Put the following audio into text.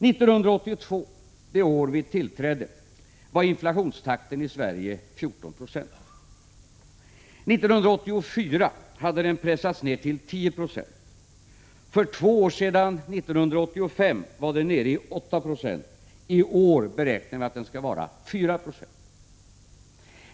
1982, det år då vi tillträdde, var inflationstakten i Sverige 14 90. 1984 hade den pressats ned till 10 96. För två år sedan, 1985, var den nere i 8 9o. I år beräknar vi att den skall bli 4 26.